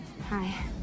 Hi